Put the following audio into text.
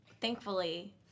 thankfully